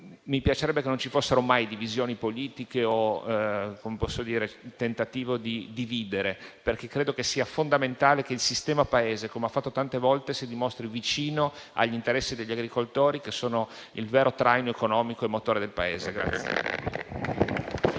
al settore agricolo non ci fossero mai divisioni politiche o tentativi di dividere, perché credo che sia fondamentale che il sistema Paese, come ha fatto tante volte, si dimostri vicino agli interessi degli agricoltori, che sono il vero traino economico e il motore del Paese.